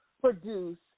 produce